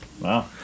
Wow